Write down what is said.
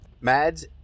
Mads